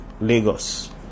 Lagos